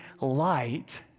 light